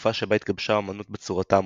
בתקופה שבה התגבשה האמנות בצורתה המודרנית,